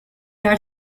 are